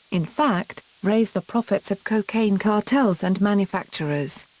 in fact, raise the profits of cocaine cartels and manufacturers.